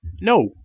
No